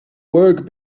work